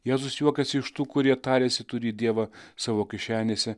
jėzus juokiasi iš tų kurie tariasi turį dievą savo kišenėse